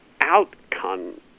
outcome